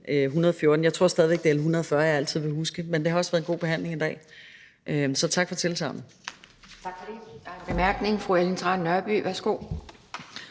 Jeg tror stadig, at det er L 140, jeg altid vil huske, men det har også været en god behandling i dag. Så tak for tilsagnet.